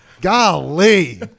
Golly